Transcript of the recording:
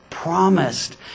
promised